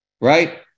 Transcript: Right